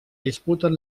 disputen